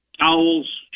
towels